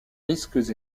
risques